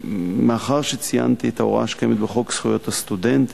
מאחר שציינתי את ההוראה שקיימת בחוק זכויות הסטודנט,